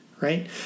right